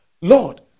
Lord